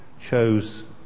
chose